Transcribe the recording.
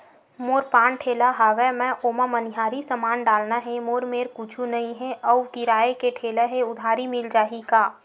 मोर पान ठेला हवय मैं ओमा मनिहारी समान डालना हे मोर मेर कुछ नई हे आऊ किराए के ठेला हे उधारी मिल जहीं का?